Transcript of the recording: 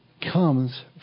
comes